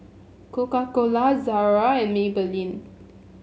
Coca Cola Zara and Maybelline